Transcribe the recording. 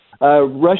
Russia